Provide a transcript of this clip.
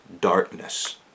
darkness